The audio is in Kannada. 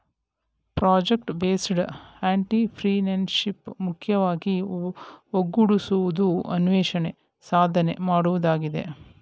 ಪ್ರಾಜೆಕ್ಟ್ ಬೇಸ್ಡ್ ಅಂಟರ್ಪ್ರಿನರ್ಶೀಪ್ ಮುಖ್ಯವಾಗಿ ಒಗ್ಗೂಡಿಸುವುದು, ಅನ್ವೇಷಣೆ, ಸಾಧನೆ ಮಾಡುವುದಾಗಿದೆ